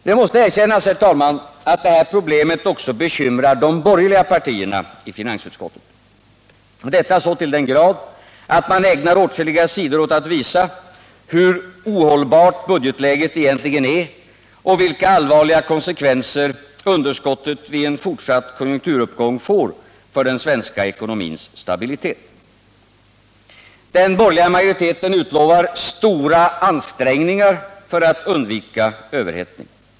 Det måste erkännas, herr talman, att det här problemet också bekymrar de borgerliga i finansutskottet, och detta så till den grad att man ägnar åtskilliga sidor åt att visa hur ohållbart budgetläget egentligen är och vilka allvarliga konsekvenser underskottet vid en fortsatt konjunkturuppgång får för den svenska ekonomins stabilitet. Den borgerliga majoriteten utlovar ”stora ansträngningar” för att undvika överhettning.